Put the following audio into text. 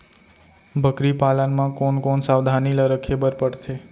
बकरी पालन म कोन कोन सावधानी ल रखे बर पढ़थे?